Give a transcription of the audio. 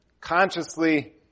consciously